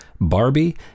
Barbie